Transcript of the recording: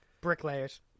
Bricklayers